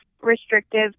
restrictive